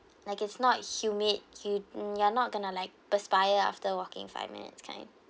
like it's not humid you you're not gonna like perspire after walking five minutes kind